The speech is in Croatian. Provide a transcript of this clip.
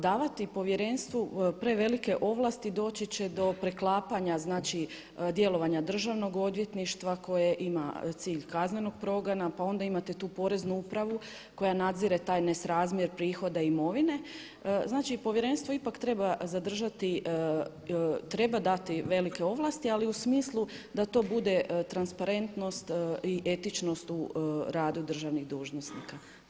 Davati povjerenstvu prevelike ovlasti, doći će do preklapanja djelovanja Državnog odvjetništva koje ima cilj kaznenog progona, pa onda imate tu Poreznu upravu koja nadzire taj nesrazmjer prihoda imovine, znači povjerenstvo ipak treba zadržati treba dati velike ovlasti, ali u smislu da to bude transparentnost i etičnost u radu državnih dužnosnika.